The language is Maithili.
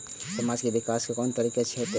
समाज के विकास कोन तरीका से होते?